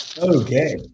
Okay